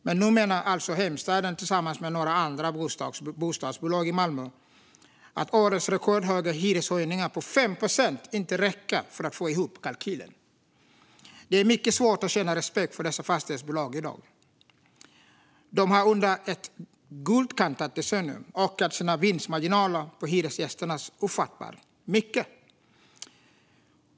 Men nu menar alltså Heimstaden, tillsammans med några andra bostadsbolag i Malmö, att årets rekordhöga hyreshöjning på 5 procent inte räcker för att få ihop kalkylen. Det är mycket svårt att känna respekt för dessa fastighetsbolag i dag. De har under ett guldkantat decennium ökat sina vinstmarginaler på hyresgästerna ofattbart mycket.